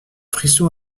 frisson